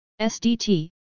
SDT